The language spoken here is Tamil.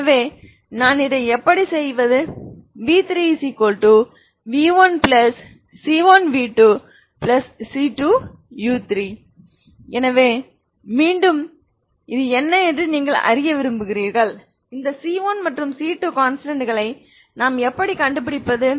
எனவே நான் இதை எப்படி செய்வது v3 v1 c1v2 c2u3 எனவே மீண்டும் இது என்ன என்று நீங்கள் அறிய விரும்புகிறீர்கள் இந்த c1 மற்றும் c2 கான்ஸ்டன்ட்களை நான் எப்படி கண்டுபிடிப்பது